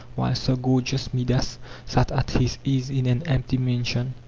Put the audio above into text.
while sir gorgeous midas sat at his ease in an empty mansion?